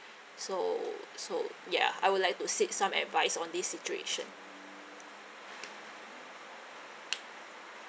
so so yeah I would like to seek some advice on this situation